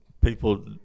people